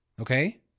Okay